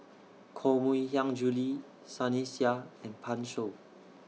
Koh Mui Hiang Julie Sunny Sia and Pan Shou